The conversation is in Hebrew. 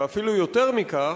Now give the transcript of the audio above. ואפילו יותר מכך,